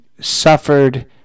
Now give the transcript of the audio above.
suffered